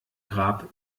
grab